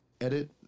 edit